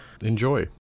Enjoy